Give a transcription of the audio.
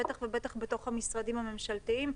בטח ובטח בתוך המשרדים הממשלתיים.